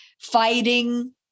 fighting